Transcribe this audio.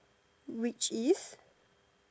which is